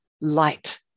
light